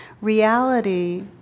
Reality